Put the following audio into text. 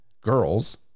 girls